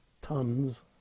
tons